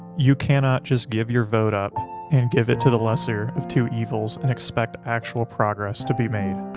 you cannot just give your vote up and give it to the lesser of two evils and expect actual progress to be made.